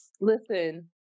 Listen